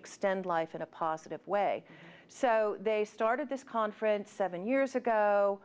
extend life in a positive way so they started this conference seven years ago